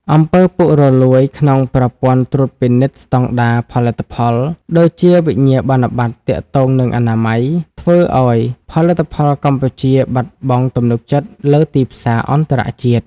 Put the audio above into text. អំពើពុករលួយ ក្នុងប្រព័ន្ធត្រួតពិនិត្យស្ដង់ដារផលិតផល (ដូចជាវិញ្ញាបនបត្រទាក់ទងនឹងអនាម័យ) ធ្វើឱ្យផលិតផលកម្ពុជាបាត់បង់ទំនុកចិត្តលើទីផ្សារអន្តរជាតិ។